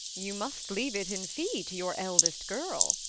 you must leave it in fee to your eldest girl.